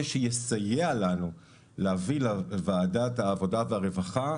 שיסייע לנו להביא לוועדת העבודה והרווחה,